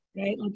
right